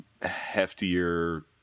heftier